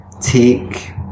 take